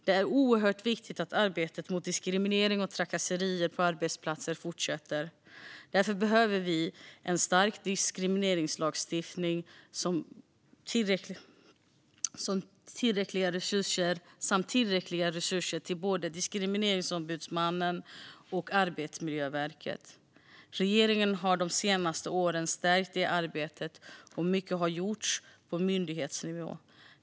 Det är oerhört viktigt att arbetet mot diskriminering och trakasserier på arbetsplatser fortsätter. Därför behöver vi en stark diskrimineringslagstiftning samt tillräckliga resurser till både Diskrimineringsombudsmannen och Arbetsmiljöverket. Regeringen har de senaste åren stärkt det arbetet, och mycket har gjorts på myndighetsnivå.